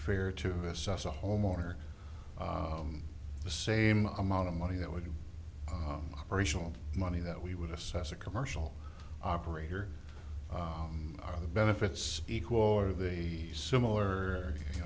fair to assess a homeowner the same amount of money that would racial money that we would assess a commercial operator the benefits equal or the similar hou